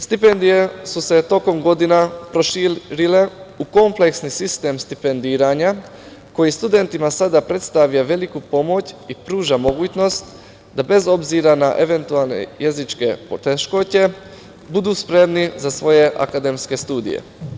Stipendije su se tokom godina proširile u kompleksni sistem stipendiranja koji studentima sada predstavlja veliku pomoć i pruža mogućnost da bez obzira na eventualne jezičke poteškoće budu spremni za svoje akademske studije.